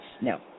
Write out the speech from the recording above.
no